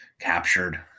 captured